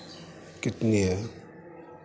कितनी है